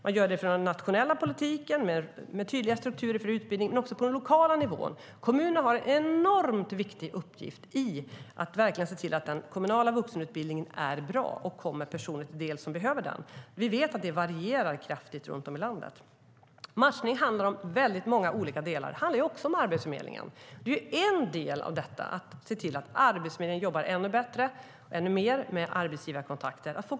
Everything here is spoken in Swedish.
Man gör det från den nationella politiken med tydliga strukturer för utbildning, men också på den lokala nivån. Kommunerna har en enormt viktig uppgift att verkligen se till att den kommunala vuxenutbildningen är bra och kommer de personer till del som behöver den. Vi vet att det varierar kraftigt runt om i landet. Matchning handlar om väldigt många olika delar. Det handlar också om Arbetsförmedlingen. Det är en del i detta att se till att Arbetsförmedlingen jobbar ännu mer med att fokusera på arbetsgivarkontakter.